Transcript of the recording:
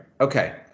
Okay